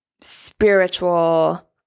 spiritual